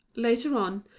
later on,